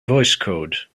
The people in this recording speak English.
voicecode